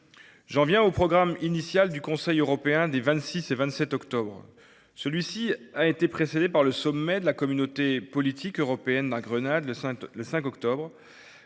J’en viens au programme initial du Conseil européen des 26 et 27 octobre prochain. Celui-ci a été précédé par le sommet de la Communauté politique européenne qui s’est tenu à Grenade le 5 octobre,